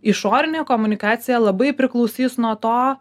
išorinė komunikacija labai priklausys nuo to